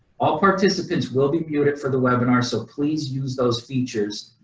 all participants will be muted for the webinar, so please use those features.